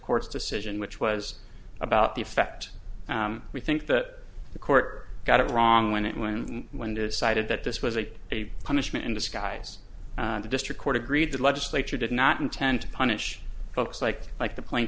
court's decision which was about the effect we think that the court got it wrong when it when when decided that this was a a punishment in disguise the district court agreed the legislature did not intend to punish folks like like the pla